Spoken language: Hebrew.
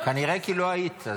כנראה לא היית,